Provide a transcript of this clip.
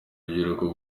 urubyiruko